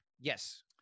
Yes